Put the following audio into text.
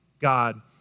God